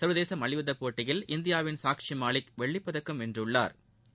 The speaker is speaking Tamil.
சா்வதேச மல்யுத்தப் போட்டியில் இந்தியாவின் சாக்ஷி மாலிக் வெள்ளிப்பதக்கம் வென்றுள்ளாா்